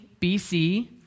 BC